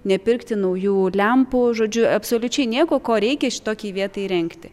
nepirkti naujų lempų žodžiu absoliučiai nieko ko reikia šitokiai vietai įrengti